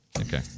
Okay